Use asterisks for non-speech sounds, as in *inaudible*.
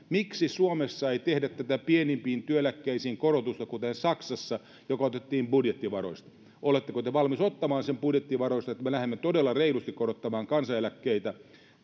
*unintelligible* miksi suomessa ei tehdä pienimpiin työeläkkeisiin korotusta kuten saksassa jossa se otettiin budjettivaroista oletteko te valmis ottamaan sen budjettivaroista että me lähdemme todella reilusti korottamaan kansaneläkkeitä